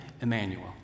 Emmanuel